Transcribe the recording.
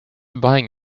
buying